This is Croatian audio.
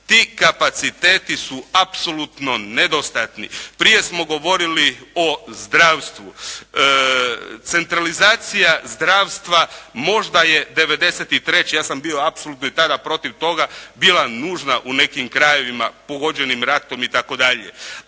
Ti kapaciteti su apsolutno nedostatni. Prije smo govorili o zdravstvu. Centralizacija zdravstva možda je '93. ja sam bio apsolutno i tada protiv toga bila nužna u nekim krajevima pogođenim ratom itd.